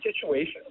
situation